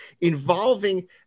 involving